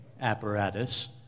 apparatus